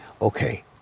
okay